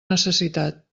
necessitat